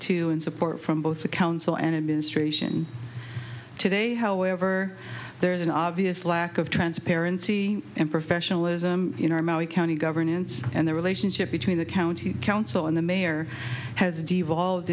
to and support from both the council and administration today however there is an obvious lack of transparency and professionalism in our county governance and the relationship between the county council and the mayor has devolved